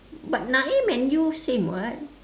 but naim and you same [what]